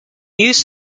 use